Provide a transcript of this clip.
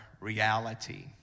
reality